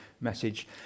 message